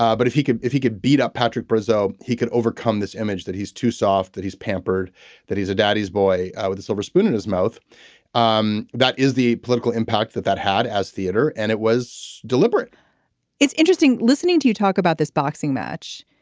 um but if he could if he could beat up patrick brazil he could overcome this image that he's too soft that he's pampered that he's a daddy's boy with a silver spoon in his mouth um that that is the political impact that that had as theater. and it was deliberate it's interesting listening to you talk about this boxing match.